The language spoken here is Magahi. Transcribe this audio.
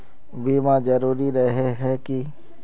बीमा जरूरी रहे है की?